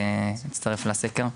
להצטרף לסקר?